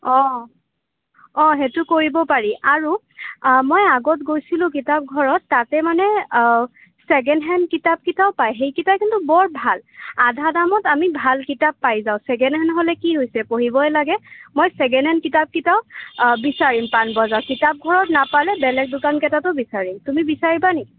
সেইটো কৰিব পাৰি আৰু মই আগত গৈছিলোঁ কিতাপ ঘৰত তাতে মানে ছেকেণ্ড হেণ্ড কিতাপকেইটাও পায় সেইকেইটা কিন্তু বৰ ভাল আধা দামত আমি ভাল কিতাপ পাই যাওঁ ছেকেণ্ড হেণ্ড হ'লে কি হৈছে পঢ়িবহে লাগে মই ছেকেণ্ড হেণ্ড কিতাপকেইটাও বিচাৰিম পাণবজাৰত কিতাপ ঘৰত নাপালে বেলেগ দোকানকেইটাতো বিচাৰিম তুমি বিচাৰিবা নেকি